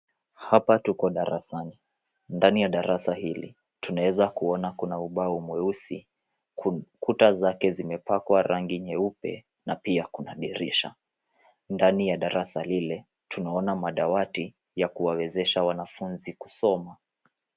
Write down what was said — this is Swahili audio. Hapa tuko darasani. Ndani ya darasa hili tunaweza kuona kuna ubao mweusi, kuta zake zimepakwa rangi nyeupe na pia kuna dirisha. Ndani ya darasa lile, tunaona madawati ya kuwawezesha wanafunzi kusoma.